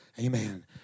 Amen